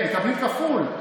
מקבלים כפול.